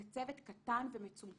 זה צוות קטן ומצומצם,